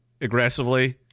aggressively